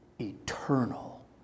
eternal